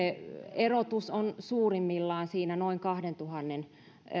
erotus on suurimmillaan siinä noin kahdentuhannen